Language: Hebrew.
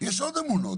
יש עוד אמונות,